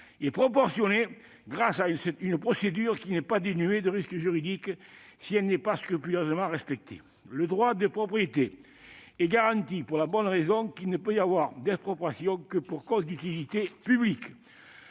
et proportionnée grâce à une procédure qui n'est pas dénuée de risques juridiques, si elle n'est pas scrupuleusement respectée. Le droit de propriété est garanti pour la bonne raison qu'il ne peut y avoir d'expropriation que pour cause d'utilité publique.